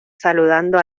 saludando